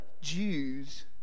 Jews